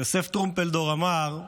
יוסף טרומפלדור אמר: